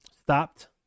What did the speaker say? stopped